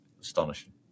astonishing